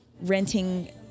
renting